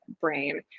brain